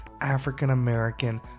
african-american